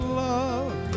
love